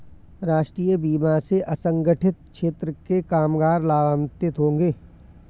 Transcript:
राष्ट्रीय बीमा से असंगठित क्षेत्र के कामगार लाभान्वित होंगे